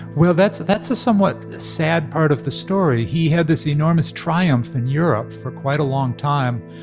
well, that's but that's a somewhat sad part of the story. he had this enormous triumph in europe for quite a long time.